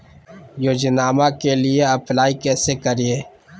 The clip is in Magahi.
योजनामा के लिए अप्लाई कैसे करिए?